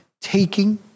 taking